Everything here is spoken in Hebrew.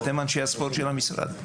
אתם אנשי הספורט של המשרד.